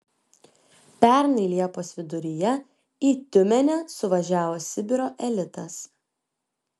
pernai liepos viduryje į tiumenę suvažiavo sibiro elitas